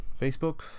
Facebook